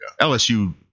LSU